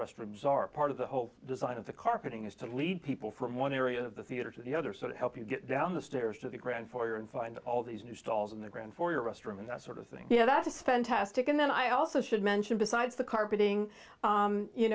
restrooms are part of the whole design of the carpeting is to lead people from one area of the theater to the other sort of help you get down the stairs to the grand foyer and find all these new stalls in the ground for your rest room and that sort of thing yeah that is fantastic and then i also should mention besides the carpeting